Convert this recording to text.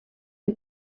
que